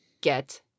get